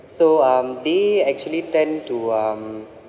so um they actually tend to um